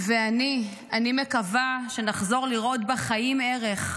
אני מקווה שנחזור לראות בחיים ערך,